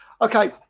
okay